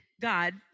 God